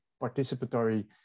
participatory